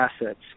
assets